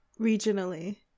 regionally